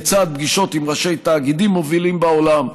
לצד פגישות עם ראשי תאגידים מובילים בעולם.